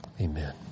Amen